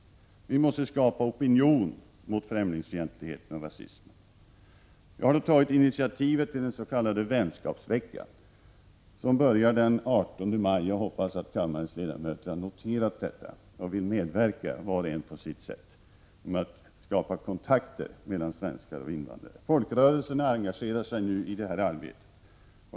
Vi måste skapa opinion mot främlingsfientlighet och rasism. Jag har tagit initiativ till den s.k. vänskapsveckan som börjar den 18 maj. Jag hoppas att kammarens ledamöter har noterat detta och att var och en på sitt sätt vill medverka till att skapa kontakter mellan svenskar och invandrare. Folkrörelserna engagerar sig nu i arbetet.